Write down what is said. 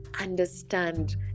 Understand